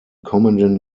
kommenden